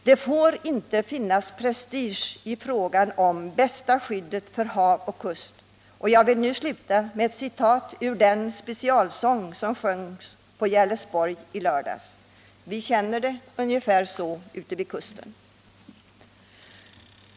Det får inte finnas prestige i frågan om bästa skyddet för hav och kust, och jag vill sluta med ett citat ur den specialsång som sjöngs på Gerlesborg i lördags. Vi känner det ungefär så ute vid kusten.